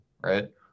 right